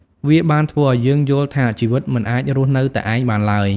វាបានធ្វើឱ្យយើងយល់ថាជីវិតមិនអាចរស់នៅតែឯងបានឡើយ។